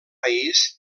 país